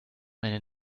meine